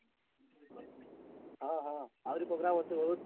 ହଁ ହଁ ଆହୁରି ପ୍ରୋଗ୍ରାମ୍ ଅଛି ବହୁତ